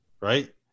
right